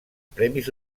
premis